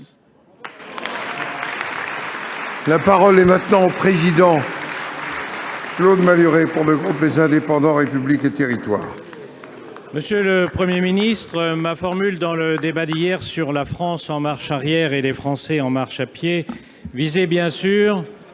La parole est à M. Claude Malhuret, pour le groupe Les Indépendants - République et Territoires. Monsieur le Premier ministre, ma formule dans le débat d'hier sur « la France en marche arrière et les Français en marche à pied » visait bien sûr